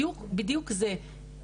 בדיוק זה,